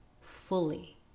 fully